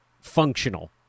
functional